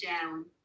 down